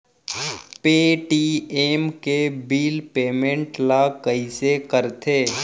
Paytm के bill payment ल कइसे करथे?